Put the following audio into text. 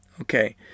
Okay